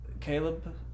caleb